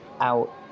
out